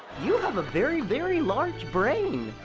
you have a very, very large brain.